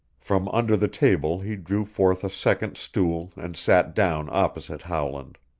from under the table he drew forth a second stool and sat down opposite howland.